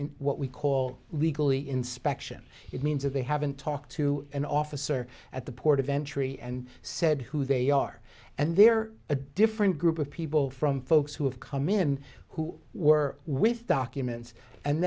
in what we call legally inspection it means that they haven't talked to an officer at the port of entry and said who they are and they're a different group of people from folks who have come in who were with documents and